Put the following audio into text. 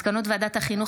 על מסקנות ועדת החינוך,